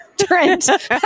Trent